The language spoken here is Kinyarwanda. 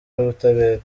w’ubutabera